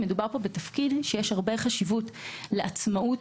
מדובר בתפקיד שיש הרבה חשיבות לעצמאות